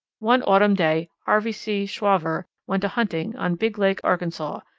one autumn day harvey c. schauver went a-hunting on big lake, arkansas,